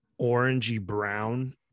orangey-brown